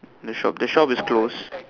the shop the shop is closed